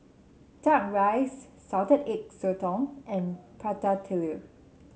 duck rice Salted Egg Sotong and Prata Telur